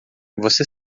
você